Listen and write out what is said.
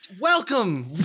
Welcome